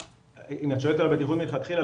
אם את שואלת על הבטיחות מלכתחילה,